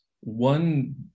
one